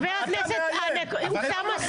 אתה מאיים על נציבת